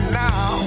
now